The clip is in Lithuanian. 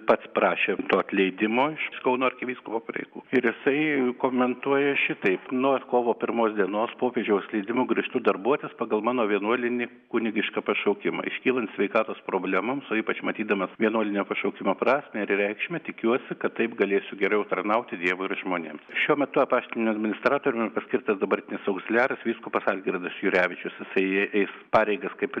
pats prašė to atleidimo iš kauno arkivyskupo pareigų ir jisai komentuoja šitaip nuo kovo pirmos dienos popiežiaus leidimu grįžtu darbuotis pagal mano vienuolinį kunigišką pašaukimą iškylant sveikatos problemoms o ypač matydamas vienuolinio pašaukimo prasmę ir reikšmę tikiuosi kad taip galėsiu geriau tarnauti dievui ir žmonėms šiuo metu apaštiniu administratoriumi paskirtas dabartinis augzliaras vyskupas algirdas jurevičius jisai eis pareigas kaip